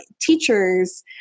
teachers